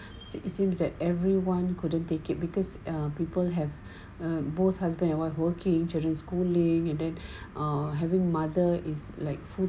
so it seems that everyone couldn't take it because people have a both husband and wife working children schooling and then are having mother is like full